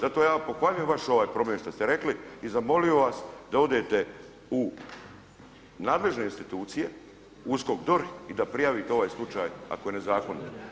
Zato ja pohvaljujem ovaj vaš problem što ste rekli i zamolio bih vas da odete u nadležne institucije USKOK, DORH i da prijavite ovaj slučaj ako je nezakonit.